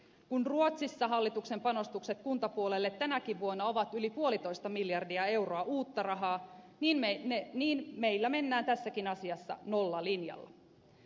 kun ruotsissa hallituksen panostukset kuntapuolelle tänäkin vuonna ovat yli puolitoista miljardia euroa uutta rahaa niin meillä mennään tässäkin asiassa nollalinjalla